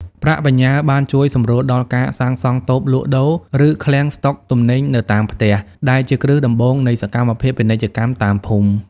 ប្រាក់បញ្ញើបានជួយសម្រួលដល់ការសាងសង់តូបលក់ដូរ ឬឃ្លាំងស្ដុកទំនិញនៅតាមផ្ទះ ដែលជាគ្រឹះដំបូងនៃសកម្មភាពពាណិជ្ជកម្មតាមភូមិ។